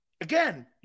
Again